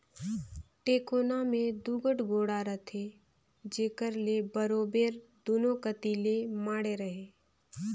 टेकोना मे दूगोट गोड़ा रहथे जेकर ले बरोबेर दूनो कती ले माढ़े रहें